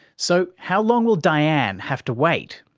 so how long will dianne have to wait?